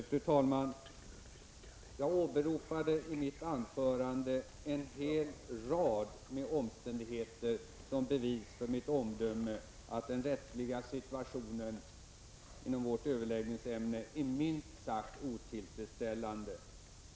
Fru talman! Jag åberopade i mitt anförande en hel rad omständigheter som bevis för mitt omdöme att den rättsliga situationen inom det område som vårt överläggningsämne avser är minst sagt otillfredsställande.